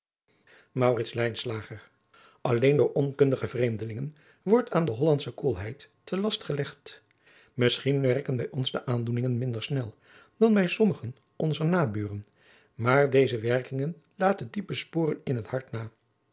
alleen door onkundige vreemdelingen wordt aan de hollanders koelheid te last gelegd misschien werken bij ons de aandoeningen minder snel dan bij sommigen onzer naburen maar deze werkingen laten diepe sporen in het hart na